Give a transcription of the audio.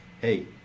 Hey